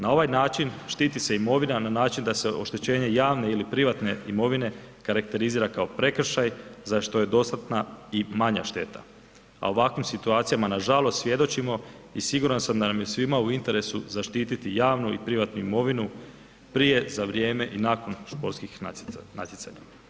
Na ovaj način štiti se imovina na način da se oštećenje javne ili privatne imovine karakterizira kao prekršaj za što je dostatna i manja šteta, a ovakvim situacijama nažalost svjedočimo i siguran sam da nam je svima u interesu zaštititi javnu i privatnu imovinu prije, za vrijeme i nakon sportskih natjecanja.